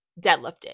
deadlifting